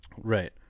right